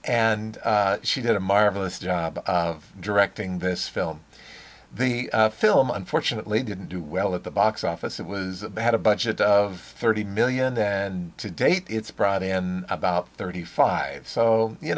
and she did a marvelous job of directing this film the film unfortunately didn't do well at the box office it was had a budget of thirty million and to date it's brought in about thirty five so you